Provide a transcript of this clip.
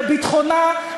לביטחונה,